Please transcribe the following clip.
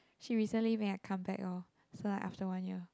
she recently been have come back oh so like after one year